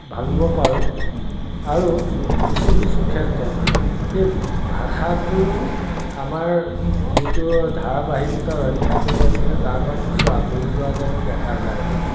ভাবিব পাৰোঁ আৰু কিছু কিছু ক্ষেত্ৰত সেই ভাষাটো আমাৰ যিটো ধাৰাবাহিকতা ৰক্ষা কৰি আছিলে তাৰপৰা কিছু আঁতৰি যোৱা যেনো দেখা যায়